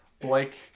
Blake